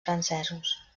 francesos